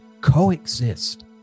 coexist